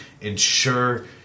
ensure